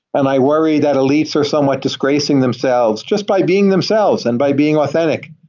and i worry that elites are somewhat disgracing themselves just by being themselves and by being authentic,